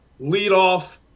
leadoff